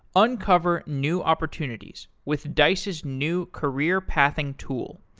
uncover new opportunities with dice's new career pathing tool,